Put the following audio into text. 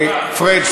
פריג'.